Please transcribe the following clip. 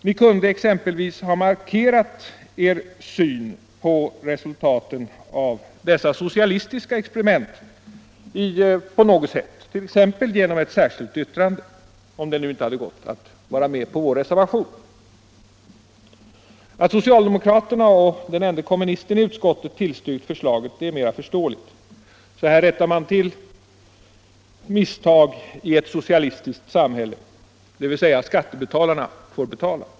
Ni kunde ha markerat er syn på resultaten av de socialistiska experimenten på något sätt, t.ex. genom ett särskilt yttrande, om det nu inte gick att vara med på vår reservation. Att socialdemokraterna och den ende kommunisten i utskottet tillstyrkt förslaget är mera förståeligt; så här rättar man till misstag i ett socialistiskt samhälle, dvs. skattebetalarna får betala.